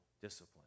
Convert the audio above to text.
discipline